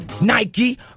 Nike